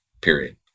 period